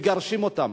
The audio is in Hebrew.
מגרשים אותם.